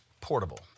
portable